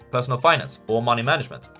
personal finance or money management,